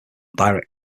direct